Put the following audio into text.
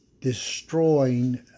destroying